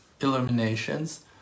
illuminations